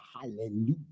Hallelujah